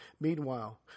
Meanwhile